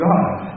God